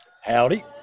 Howdy